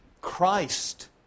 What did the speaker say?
Christ